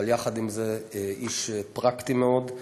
אבל יחד עם זה איש פרקטי מאוד,